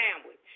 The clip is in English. sandwich